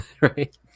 Right